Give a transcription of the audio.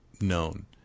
known